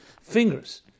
fingers